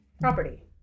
property